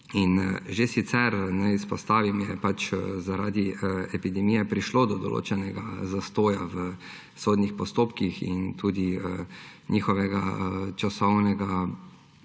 že sicer, naj izpostavim, je pač zaradi epidemije prišlo do določenega zastoja v sodnih postopkih in tudi njihovega časovnega